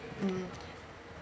mm